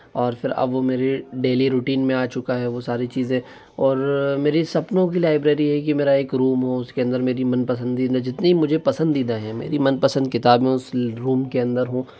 और फिर अब वो मेरी डेली रूटीन में आ चुका है वो सारी चीज़ें और मेरी सपनों की लाइब्रेरी है कि मेरा एक रूम हो उसके अंदर मेरी मनपसंदीदा जितनी मझे पसंदीदा हैं मेरी मनपसंद किताबें उस रूम के अंदर हों